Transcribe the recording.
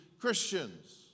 Christians